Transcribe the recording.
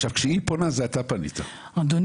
עכשיו,